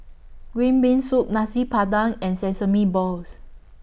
Green Bean Soup Nasi Padang and Sesame Balls